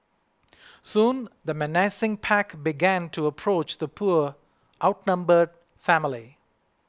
soon the menacing pack began to approach the poor outnumbered family